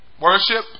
Worship